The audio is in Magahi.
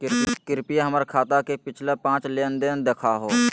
कृपया हमर खाता के पिछला पांच लेनदेन देखाहो